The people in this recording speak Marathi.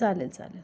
चालेल चालेल